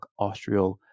Austrial